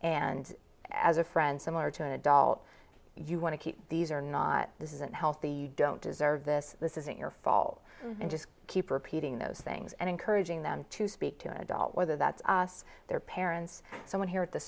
and as a friend similar to an adult you want to keep these are not this isn't healthy you don't deserve this this isn't your fault and just keep repeating those things and encouraging them to speak to an adult whether that's us their parents someone here at the